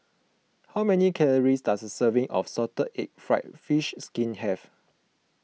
how many calories does a serving of Salted Egg Fried Fish Skin have